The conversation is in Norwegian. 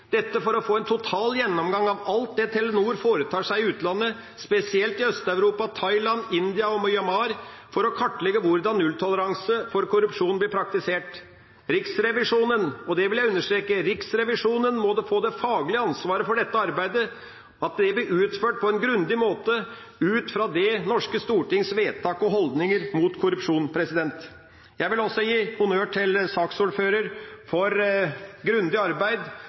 dette for å få en total gjennomgang av alt det Telenor foretar seg i utlandet, spesielt i Øst-Europa, Thailand, India og Myanmar, for å kartlegge hvordan nulltoleranse for korrupsjon blir praktisert. Riksrevisjonen – og det vil jeg understreke – må få det faglige ansvaret for dette arbeidet, og at det blir utført på en grundig måte ut fra det norske stortings vedtak og holdninger mot korrupsjon. Jeg vil også gi honnør til saksordføreren for grundig arbeid,